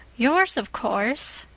yours, of course,